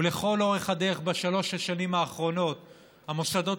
ולכל אורך הדרך בשלוש השנים האחרונות המוסדות